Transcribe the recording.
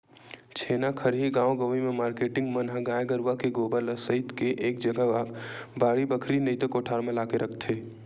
छेना खरही गाँव गंवई म मारकेटिंग मन ह गाय गरुवा के गोबर ल सइत के एक जगा बाड़ी बखरी नइते कोठार म लाके रखथे